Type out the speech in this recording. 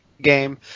game